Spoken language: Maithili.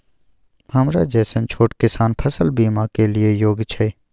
हमरा जैसन छोट किसान फसल बीमा के लिए योग्य छै?